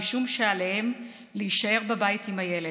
משום שעליהם להישאר בבית עם הילד,